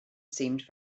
seemed